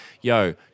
Yo